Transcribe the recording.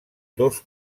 dos